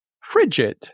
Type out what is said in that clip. Frigid